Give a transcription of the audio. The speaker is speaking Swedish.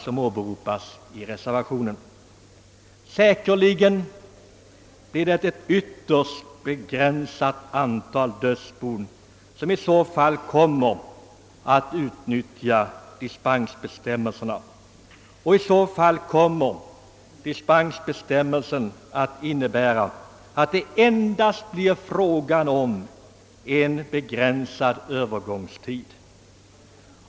Säkerligen blir det ett ytterst begränsat antal dödsbon som skulle komma att utnyttja en sådan dispensmöjlighet, och dispensen skulle endast gälla under en mycket begränsad övergångstid.